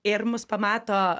ir mus pamato